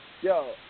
Yo